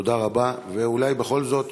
תודה רבה ואולי בכל זאת